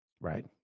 Right